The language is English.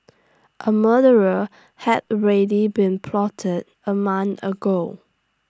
A murdera had already been plotted A mon ago